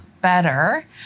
better